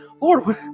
Lord